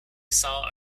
saw